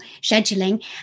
scheduling